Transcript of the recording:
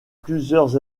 plusieurs